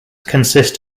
consist